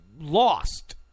lost